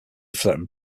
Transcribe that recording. threatened